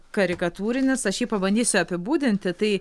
karikatūrinis aš jį pabandysiu apibūdinti tai